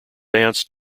dance